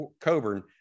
Coburn